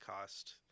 cost